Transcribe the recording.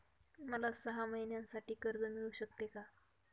मला सहा महिन्यांसाठी कर्ज मिळू शकते का?